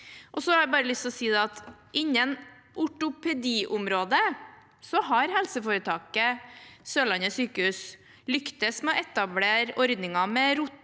Jeg har bare lyst til å si at innen ortopediområdet har helseforetaket Sørlandet sykehus lyktes med å etablere ordninger med rotasjon,